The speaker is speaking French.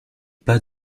pas